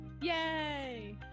Yay